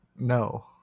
No